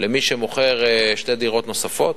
למי שמוכר שתי דירות נוספות,